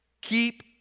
Keep